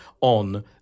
on